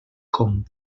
com